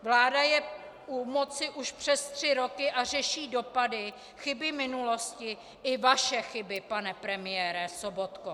Vláda je u moci už přes tři roky a řeší dopady, chyby minulosti, i vaše chyby, pane premiére Sobotko.